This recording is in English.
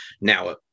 Now